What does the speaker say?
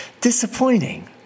Disappointing